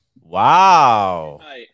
Wow